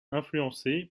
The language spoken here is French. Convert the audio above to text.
influencé